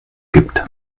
gibt